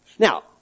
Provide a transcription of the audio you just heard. Now